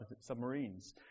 submarines